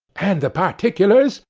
and the particulars,